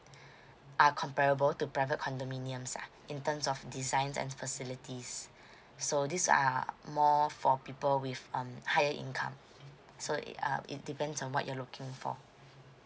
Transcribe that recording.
are comparable to private condominiums ah in terms of designs and facilities so these are more for people with um higher income so it uh it depends on what you're looking for